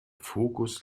fokus